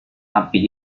api